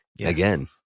Again